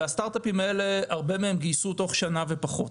והרבה מהסטארטאפים האלה גייסו תוך שנה ופחות.